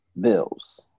bills